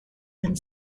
and